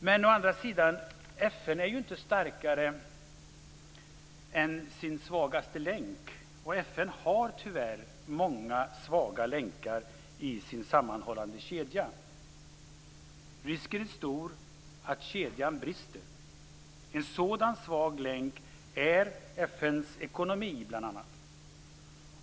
Men å andra sidan är FN inte starkare än sin svagaste länk. Och FN har tyvärr många svaga länkar i sin sammanhållande kedja. Risken är stor att kedjan brister. En sådan svag länk är bl.a. FN:s ekonomi.